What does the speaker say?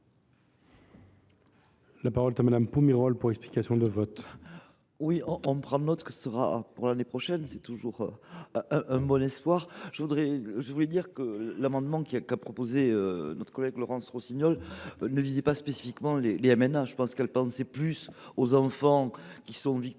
La parole est à Mme Émilienne Poumirol, pour explication de vote.